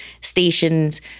stations